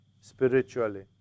spiritually